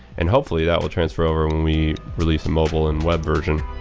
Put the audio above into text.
and hopefully, that will transfer over when we release the mobile and web version